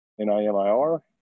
N-I-M-I-R